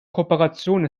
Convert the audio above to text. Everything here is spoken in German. kooperation